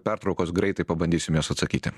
pertraukos greitai pabandysim juos atsakyti